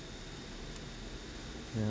ya